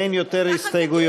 אין יותר הסתייגויות.